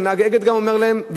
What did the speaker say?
ונהג "אגד" גם אומר להם,